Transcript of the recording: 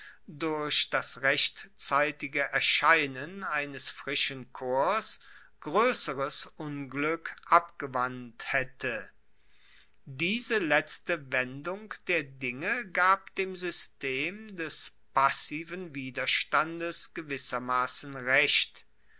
durch das rechtzeitige erscheinen eines frischen korps groesseres unglueck abgewandt haette diese letzte wendung der dinge gab dem system des passiven widerstandes gewissermassen recht